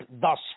thus